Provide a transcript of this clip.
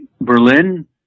Berlin